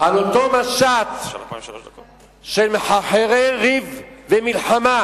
על אותו משט של מחרחרי ריב ומלחמה,